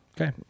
Okay